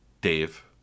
Dave